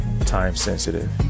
time-sensitive